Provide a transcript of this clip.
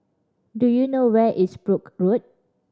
do you know where is Brooke Road